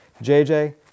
JJ